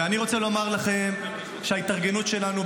ואני רוצה לומר לכם שההתארגנות שלנו,